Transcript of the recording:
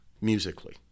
musically